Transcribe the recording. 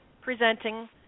presenting